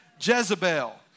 Jezebel